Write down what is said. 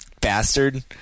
bastard